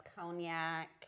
cognac